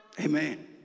Amen